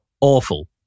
awful